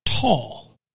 tall